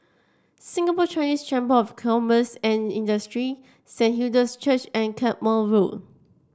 Singapore Chinese Chamber of Commerce and Industry Saint Hilda's Church and Carpmael Road